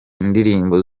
indirimbo